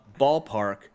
ballpark